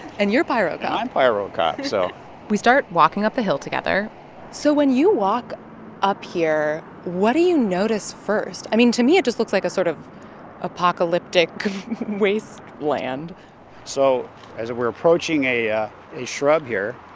and you're pyrocop. and i'm pyrocop so we start walking up the hill together so when you walk up here, what do you notice first? i mean, to me, it just looks like a sort of apocalyptic wasteland so as we're approaching a ah a shrub here.